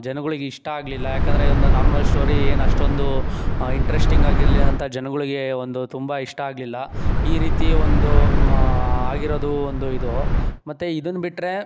ಜನಗಳಿಗೆ ಇಷ್ಟ ಆಗಲಿಲ್ಲ ಏಕೆಂದರೆ ಒಂದು ನಾರ್ಮಲ್ ಸ್ಟೋರಿ ಏನು ಅಷ್ಟೊಂದು ಇಂಟ್ರೆಸ್ಟಿಂಗಾಗಿ ಇರಲಿಲ್ಲ ಅಂತ ಜನಗಳಿಗೆ ಒಂದು ತುಂಬ ಇಷ್ಟ ಆಗಲಿಲ್ಲ ಈ ರೀತಿ ಒಂದು ಆಗಿರೋದು ಒಂದು ಇದು ಮತ್ತೆ ಇದನ್ನ ಬಿಟ್ಟರೆ